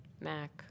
Mac